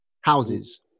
Houses